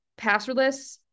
passwordless